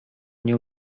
nie